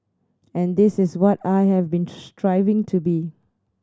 and this is what I have been striving to be